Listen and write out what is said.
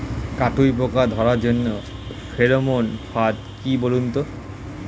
কাটুই পোকা ধরার জন্য ফেরোমন ফাদ কি বলুন তো?